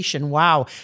Wow